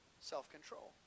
Self-control